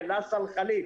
אינה סלחנית.